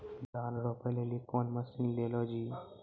धान रोपे लिली कौन मसीन ले लो जी?